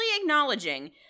acknowledging